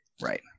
Right